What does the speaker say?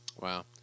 Wow